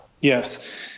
Yes